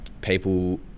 people